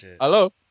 hello